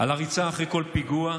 על הריצה אחרי כל פיגוע,